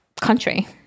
country